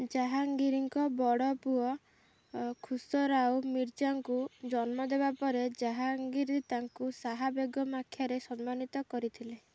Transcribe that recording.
ଜାହାଙ୍ଗୀରଙ୍କ ବଡ଼ ପୁଅ ଅ ଖୁସରାଉ ମିର୍ଜାଙ୍କୁ ଜନ୍ମ ଦେବା ପରେ ଜାହାଙ୍ଗୀର ତାଙ୍କୁ ଶାହା ବେଗମ ଆଖ୍ୟାରେ ସମ୍ମାନିତ କରିଥିଲେ